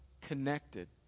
connected